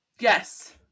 Yes